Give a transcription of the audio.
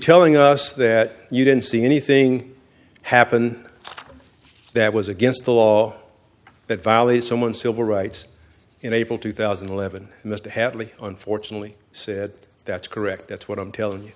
telling us that you didn't see anything happen that was against the law that valise someone civil rights in april two thousand and eleven mr hadley unfortunately said that's correct that's what i'm telling you